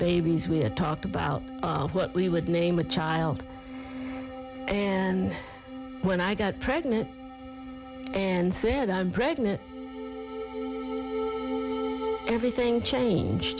babies we had talked about what we would name a child and when i got pregnant and said i'm pregnant everything